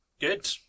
Good